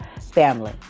family